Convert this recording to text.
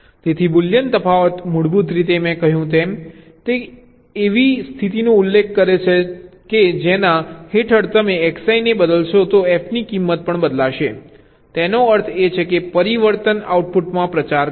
તેથી બુલિયન તફાવત મૂળભૂત રીતે મેં કહ્યું તેમ તે એવી સ્થિતિનો ઉલ્લેખ કરે છે કે જેના હેઠળ જો તમે Xi ને બદલશો તો f ની કિંમત પણ બદલાશે તેનો અર્થ એ છે કે પરિવર્તન આઉટપુટમાં પ્રચાર કરશે